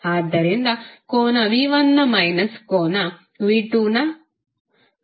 ಆದ್ದರಿಂದಕೋನ v1ನ ಮೈನಸ್ ಕೋನ v2 ವು 30 ಡಿಗ್ರಿ ಆಗಿರುತ್ತದೆ